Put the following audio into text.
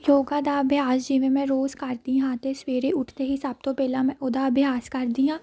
ਯੋਗਾ ਦਾ ਅਭਿਆਸ ਜਿਵੇਂ ਮੈਂ ਰੋਜ਼ ਕਰਦੀ ਹਾਂ ਅਤੇ ਸਵੇਰੇ ਉੱਠਦੇ ਹੀ ਸਭ ਤੋਂ ਪਹਿਲਾਂ ਮੈਂ ਉਹਦਾ ਅਭਿਆਸ ਕਰਦੀ ਹਾਂ